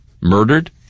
Murdered